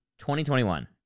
2021